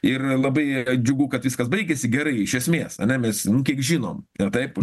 ir labai džiugu kad viskas baigėsi gerai iš esmės ane mes kiek žinom ir taip